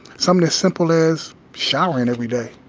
something as simple as showering every day.